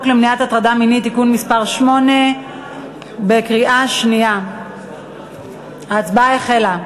למניעת הטרדה מינית (תיקון מס' 8). ההצבעה החלה.